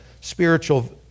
spiritual